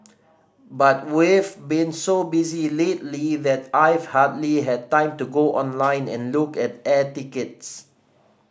but we've been so busy lately that I've hardly had time to go online and look at air tickets